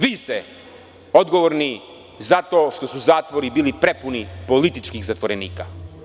Vi ste odgovorni za to što su zatvori bili prepuni političkih zatvorenika.